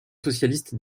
socialistes